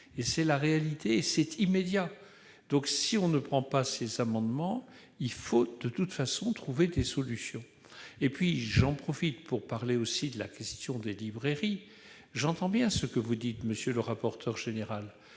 C'est la réalité ! C'est immédiat ! Si on ne vote pas ces amendements, il faut de toute façon trouver des solutions. J'en profite pour parler aussi de la question des librairies. J'entends bien ce que vous dites, monsieur le rapporteur général.